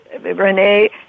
Renee